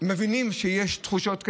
מבינים שיש תחושות כאלה,